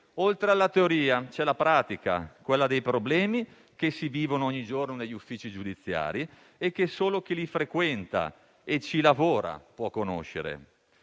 Oltre alla teoria c'è la pratica, quella dei problemi che si vivono ogni giorno negli uffici giudiziari e che solo chi li frequenta e ci lavora può conoscere.